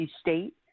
State